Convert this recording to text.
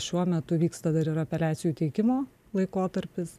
šiuo metu vyksta dar ir apeliacijų teikimo laikotarpis